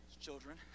children